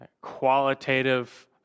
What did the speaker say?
qualitative